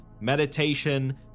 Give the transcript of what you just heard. meditation